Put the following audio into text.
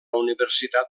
universitat